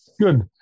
Good